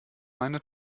meine